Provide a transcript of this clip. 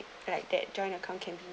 like that joint account can be